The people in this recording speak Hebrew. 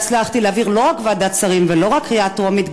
והצלחתי להעביר אותה לא רק ועדת שרים ולא רק קריאה טרומית,